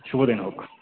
শুভ দিন হোক